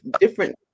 different